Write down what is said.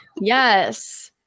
Yes